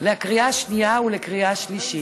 לקריאה השנייה ולקריאה השלישית.